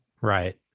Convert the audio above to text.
Right